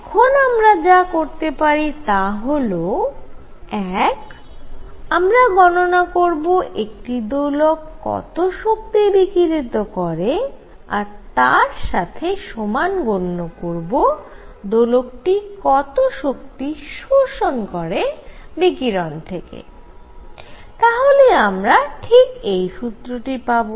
এখন আমরা যা করতে পারি তা হল এক আমরা গণনা করব একটি দোলক কত শক্তি বিকিরিত করে আর তার সাথে সমান গণ্য করব দোলকটি কত শক্তি শোষণ করে বিকিরণ থেকে তাহলেই আমরা ঠিক এই সূত্রটি পাবো